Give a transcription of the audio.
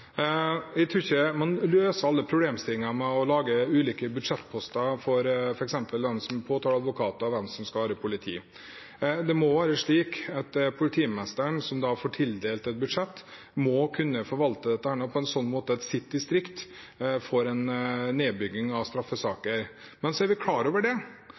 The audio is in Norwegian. Jeg tror ikke man løser alle problemstillinger ved å lage ulike budsjettposter, f.eks. for hvem som er påtaleadvokater, og hvem som skal være politi. Det må være slik at den politimesteren som får tildelt et budsjett, må kunne forvalte dette på en sånn måte at hans eller hennes distrikt får en nedbygging av straffesaker. Vi er klar over at det